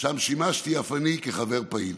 ששם שימשתי אף אני כחבר פעיל.